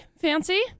fancy